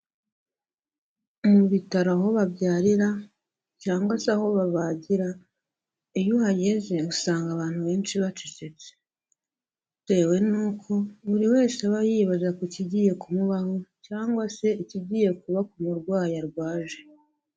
Mu bitaro aho babyarira cyangwa se aho babagira, iyo uhageze usanga abantu benshi bacecetse, bitewe n'uko buri wese aba yibaza ku kigiye kumubaho cyangwa se ikigiye kuba ku murwayi arwaje.